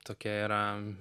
tokia yra